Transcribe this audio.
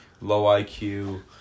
low-IQ